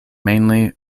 mainly